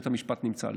בית המשפט נמצא ליד,